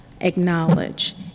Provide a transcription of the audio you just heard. Acknowledge